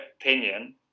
opinion